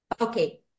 okay